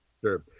Sure